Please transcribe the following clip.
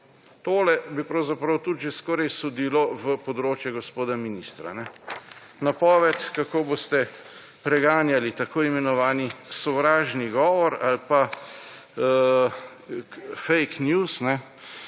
Tole bi pravzaprav tudi že skoraj sodilo v področje gospoda ministra. Napoved, kako boste preganjali tako imenovani sovražni govor ali pa fejk njus,